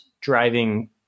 driving